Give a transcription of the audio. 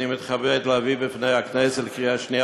אני מתכבד להביא בפני הכנסת לקריאה שנייה